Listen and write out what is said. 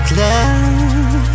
love